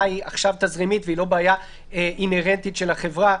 עכשיו היא תזרימית והיא לא בעיה אינהרנטית של החברה,